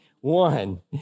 one